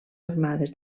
armades